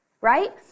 right